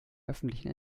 öffentlichen